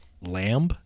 Lamb